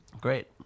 Great